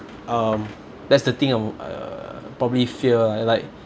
um that's the thing I'm uh probably fear like like